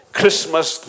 Christmas